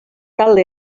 talde